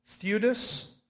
Theudas